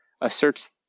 asserts